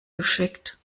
geschickt